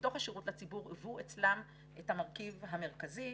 בתוך השירות לציבור היוו אצלם את המרכיב המרכזי.